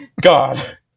God